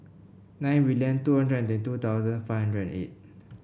nine million two hundred twenty thousand five hundred and eight